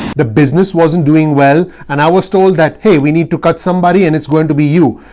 the business wasn't doing well and i was told that, hey, we need to cut somebody and it's going to be you.